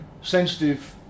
sensitive